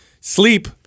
Sleep